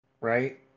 right